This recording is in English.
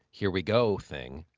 here we go thing.